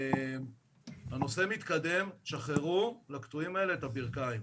הנושא מתקדם, שחררו לקטועים האלה את הברכיים.